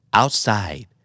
outside